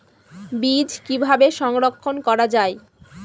বীজ কিভাবে সংরক্ষণ করা যায়?